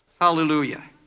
Hallelujah